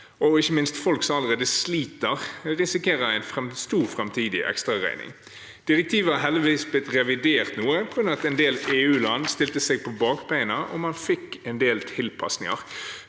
Og ikke minst: Folk som allerede sliter, risikerer en stor framtidig ekstraregning. Direktivet har heldigvis blitt revidert noe fordi en del EU-land stilte seg på bakbena, og man fikk en del tilpasninger.